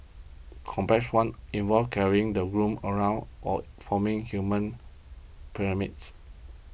complex one involve carrying the room around or forming human pyramids